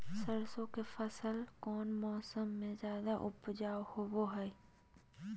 सरसों के फसल कौन मौसम में ज्यादा उपजाऊ होबो हय?